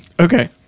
Okay